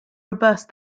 robust